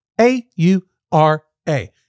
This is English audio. A-U-R-A